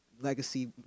legacy